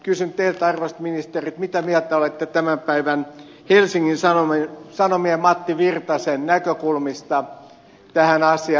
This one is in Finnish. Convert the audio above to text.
kysyn teiltä arvoisat ministerit mitä mieltä olette tämän päivän helsingin sanomien matti virtasen näkökulmista tähän asiaan